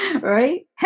right